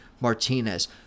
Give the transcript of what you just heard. Martinez